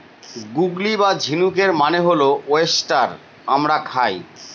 গুগলি বা ঝিনুকের মানে হল ওয়েস্টার আমরা খাই